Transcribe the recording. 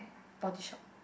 body shop